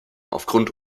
aufgrund